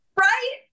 right